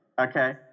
okay